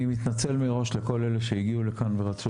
אני מתנצל מראש לכל אלה שהגיעו לכאן ורצו